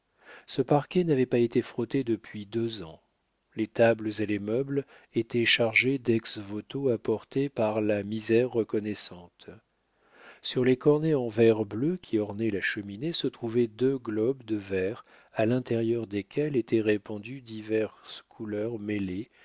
ce parquet n'avait pas été frotté depuis deux ans les tables et les meubles étaient chargés d'ex voto apportés par la misère reconnaissante sur les cornets en verre bleu qui ornaient la cheminée se trouvaient deux globes de verre à l'intérieur desquels étaient répandues diverses couleurs mêlées